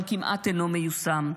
אבל כמעט אינו מיושם,